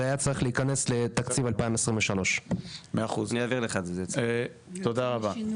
היה צריך להיכנס לתקציב 2023. תודה רבה.